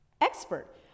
expert